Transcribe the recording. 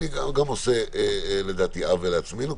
אני גם עושה לדעתי עוול לעצמנו,